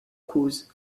cause